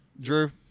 Drew